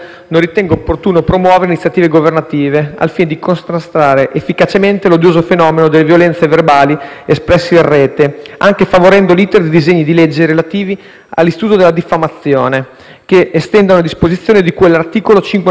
efficacemente l'odioso fenomeno delle violenze verbali espresse in rete, anche favorendo l'*iter* di disegni di legge relativi all'istituto della diffamazione, che estendano le disposizioni di cui all'articolo 595, comma 3, del codice penale in materia di diffamazione a mezzo stampa,